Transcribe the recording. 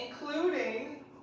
including